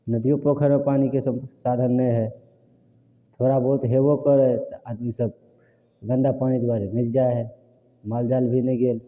नदियो पोखरिमे पानिके साधन नहि हइ थोड़ा बहुत हेबो करय तऽ आदमी सब गन्दा पानि दुआरे नहि जाइ हइ मालजाल भी नहि गेल